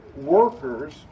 workers